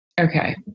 Okay